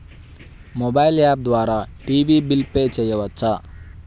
Mobile app ద్వారా TV bill pay చేయవచ్చా?